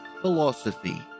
Philosophy